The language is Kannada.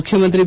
ಮುಖ್ಯಮಂತ್ರಿ ಬಿ